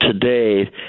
today